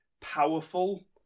powerful